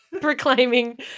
Proclaiming